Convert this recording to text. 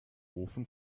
ofen